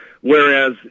whereas